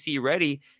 ready